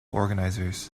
organizers